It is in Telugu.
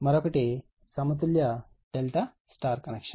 మరొకటి సమతుల్య ∆ Y కనెక్షన్